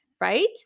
right